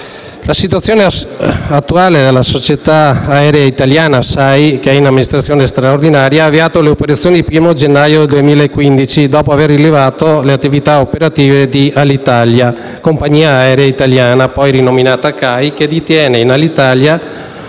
la situazione attuale della Società Aerea Italiana (SAI), che è in amministrazione straordinaria, ricordo che essa ha avviato le operazioni il 1° gennaio 2015, dopo aver rilevato le attività operative di Alitalia - Compagnia Aerea Italiana, poi rinominata CAI, che detiene in Alitalia